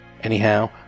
Anyhow